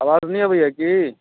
आवाज नहि अबैए की